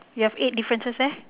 you have eight differences eh